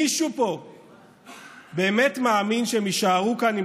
מישהו פה באמת מאמין שהם יישארו כאן אם